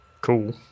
cool